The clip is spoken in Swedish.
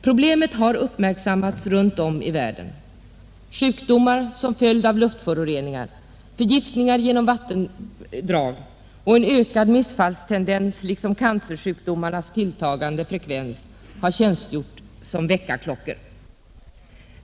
Problemet har uppmärksammats runt om i världen. Sjukdomar som följd av luftföroreningar, förgiftningar genom vattendrag och en ökad missfallstendens liksom cancersjukdomarnas tilltagande frekvens har tjänstgjort som väckarklockor.